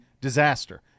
disaster